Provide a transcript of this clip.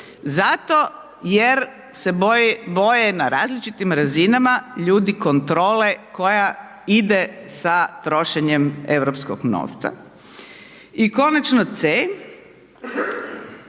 zato jer se boje na različitim razinama ljudi kontrole koja ide sa trošenjem europskog novca i konačno c)